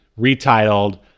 retitled